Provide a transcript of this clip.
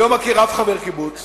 אני לא מכיר אף חבר קיבוץ